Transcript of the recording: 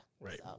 Right